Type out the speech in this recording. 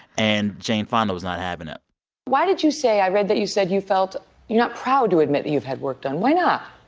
and jane fonda was not having it why did you say i read that you said you felt you're not proud to admit that you've had work done. why not?